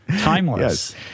Timeless